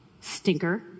stinker